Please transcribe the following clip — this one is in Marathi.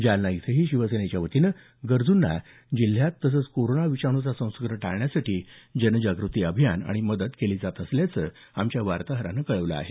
जालना इथंही शिवसेनेच्या वतीनं गरजू जिल्ह्यात तसंच कोरोना विषाणू संसर्ग टाळण्यासाठी जनजागृती अभियानाही राबवलं जात असल्याचं आमच्या वार्ताहरानं कळवलं आहे